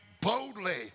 boldly